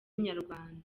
inyarwanda